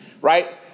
right